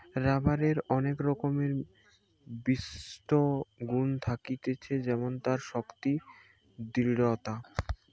রাবারের অনেক রকমের বিশিষ্ট গুন থাকতিছে যেমন তার শক্তি, দৃঢ়তা